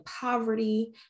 poverty